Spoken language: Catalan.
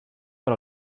per